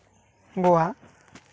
Goa